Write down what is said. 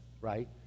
right